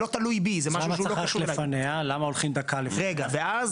אז למה הולכים דקה --- רגע.